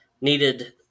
needed